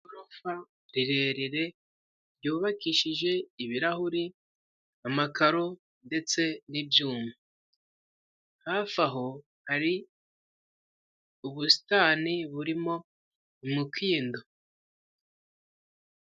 Igorofa rirerire ryubakishije ibirahuri, amakaro, ndetse n'ibyuma. Hafi aho hari ubusitani, burimo umukindo.